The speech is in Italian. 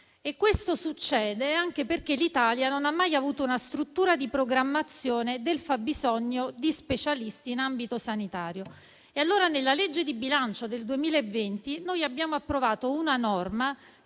Questo succede anche perché l'Italia non ha mai avuto una struttura di programmazione del fabbisogno di specialisti in ambito sanitario. E allora nella legge di bilancio del 2020 abbiamo approvato una norma